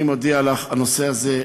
אני מודיע לך: הנושא הזה,